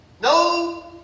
No